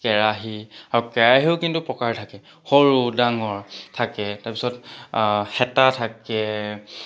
কেৰাহী আৰু কেৰাহীও কিন্তু প্ৰকাৰ থাকে সৰু ডাঙৰ থাকে তাৰপিছত হেতা থাকে